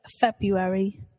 February